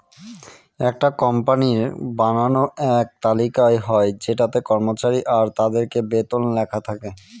একটা কোম্পানির বানানো এক তালিকা হয় যেটাতে কর্মচারী আর তাদের বেতন লেখা থাকে